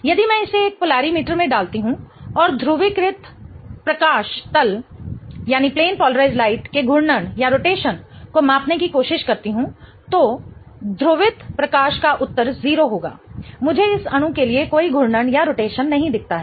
यदि मैं इसे एक पोलारिमीटर में डालती हूं और ध्रुवित प्रकाश तल के घूर्णन रोटेशन को मापने की कोशिश करती हूं तो ध्रुवित प्रकाश का उत्तर 0 होगा मुझे इस अणु के लिए कोई घूर्णन रोटेशन नहीं दिखता है